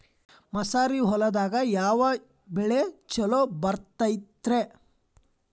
ಮಸಾರಿ ಹೊಲದಾಗ ಯಾವ ಬೆಳಿ ಛಲೋ ಬರತೈತ್ರೇ?